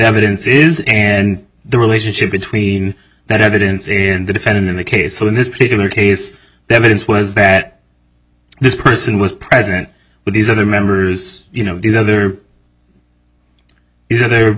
evidence is and the relationship between that evidence and the defendant in the case that in this particular case evidence was that this person was present with these other members you know these other is there